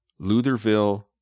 Lutherville